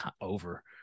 over